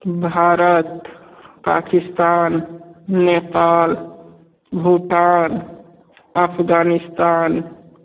Bharat Pakistan Nepal Bhutan Afghanistan